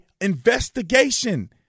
investigation